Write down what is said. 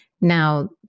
Now